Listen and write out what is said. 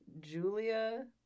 Julia